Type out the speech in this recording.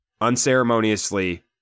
unceremoniously